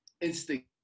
instinct